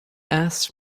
asked